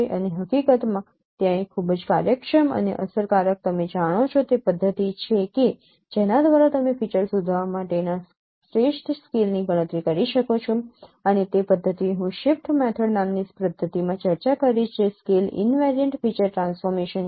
અને હકીકતમાં ત્યાં એક ખૂબ જ કાર્યક્ષમ અને અસરકારક તમે જાણો છો તે પદ્ધતિ છે કે જેના દ્વારા તમે ફીચર શોધવા માટેના શ્રેષ્ઠ સ્કેલની ગણતરી કરી શકો છો અને તે પદ્ધતિ હું શિફ્ટ મેથડ નામની પદ્ધતિમાં ચર્ચા કરીશ જે સ્કેલ ઈનવેરિયન્ટ ફીચર ટ્રાન્સફોર્મેશન છે